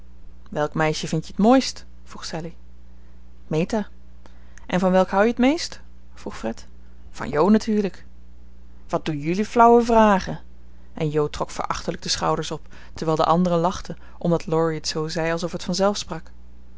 welk meisje vindt je het mooist vroeg sallie meta en van welk houdt je het meest vroeg fred van jo natuurlijk wat doen jullie flauwe vragen en jo trok verachtelijk de schouders op terwijl de anderen lachten omdat laurie het zoo zei alsof het